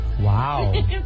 Wow